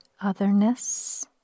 otherness